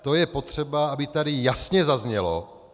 To je potřeba, aby tady jasně zaznělo.